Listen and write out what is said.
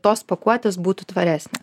tos pakuotės būtų tvaresnės